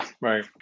Right